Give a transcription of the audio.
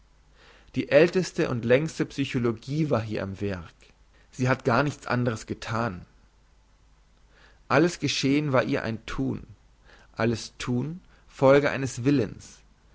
die älteste und längste psychologie war hier am werk sie hat gar nichts anderes gethan alles geschehen war ihr ein thun alles thun folge eines willens